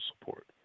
support